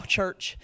church